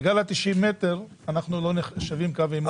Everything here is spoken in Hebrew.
בגלל 90 מטר אנחנו לא נחשבים קו עימות.